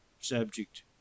subject